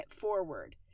forward